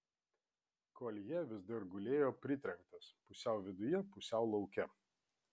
koljė vis dar gulėjo pritrenktas pusiau viduje pusiau lauke